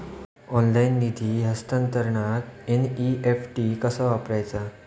Online निधी हस्तांतरणाक NEFT कसा वापरायचा?